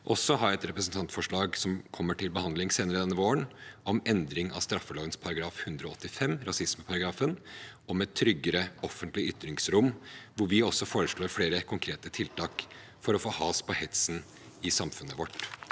har et representantforslag som kommer til behandling senere denne våren, om endring av straffeloven § 185, rasismeparagrafen, om et tryggere offentlig ytringsrom, hvor vi foreslår flere konkrete tiltak for å få has på hetsen i samfunnet vårt.